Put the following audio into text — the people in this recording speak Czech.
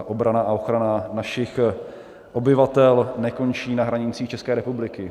Obrana a ochrana našich obyvatel nekončí na hranicích České republiky.